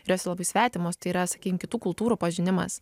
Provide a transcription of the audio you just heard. ir jos labai svetimos tai yra sakykim kitų kultūrų pažinimas